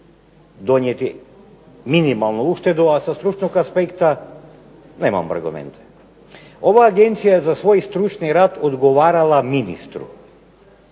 donijeti minimalnu uštedu. A sa stručnog aspekta nemam argumente. Ova agencija je za svoj stručni rad odgovarala ministru.